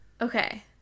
Okay